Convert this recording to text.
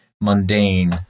mundane